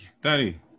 Daddy